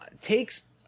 takes